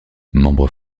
membre